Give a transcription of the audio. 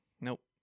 Nope